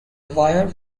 wire